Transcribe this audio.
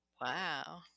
Wow